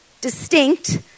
distinct